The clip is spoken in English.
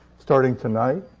starting tonight,